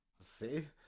See